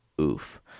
oof